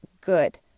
good